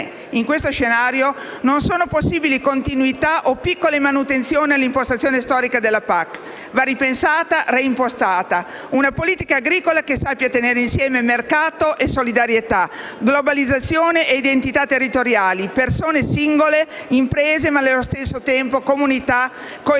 In questo scenario, non sono possibili continuità o piccole manutenzioni all'impostazione storica della PAC: va ripensata e reimpostata. Una politica agricola che sappia tenere insieme mercato e solidarietà, globalizzazione e identità territoriali, persone singole e imprese, ma nello stesso tempo comunità e coesione.